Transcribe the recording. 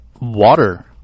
water